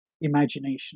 imagination